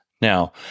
Now